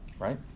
right